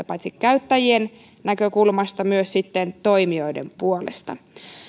paitsi käyttäjien näkökulmasta myös toimijoiden puolesta